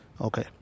Okay